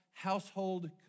household